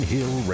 Hill